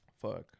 Fuck